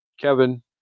Kevin